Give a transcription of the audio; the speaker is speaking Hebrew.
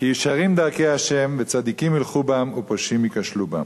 כי ישרים דרכי ה' וצדקים ילכו בם ופשעים ייכשלו בם".